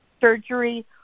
surgery